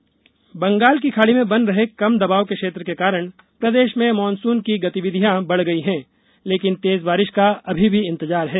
मौसम बंगाल की खाड़ी में बन रहे कम दबाव के क्षेत्र के कारण प्रदेश में मॉनसून की गतिविधियां बढ़ गई हैं लेकिन तेज बारिश का अभी भी इंतजार है